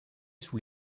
sous